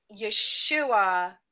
Yeshua